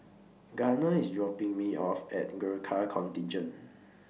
Gunner IS dropping Me off At Gurkha Contingent